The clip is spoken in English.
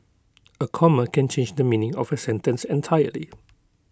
A comma can change the meaning of A sentence entirely